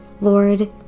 Lord